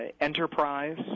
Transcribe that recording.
enterprise